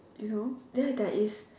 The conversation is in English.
you know there there is